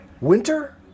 winter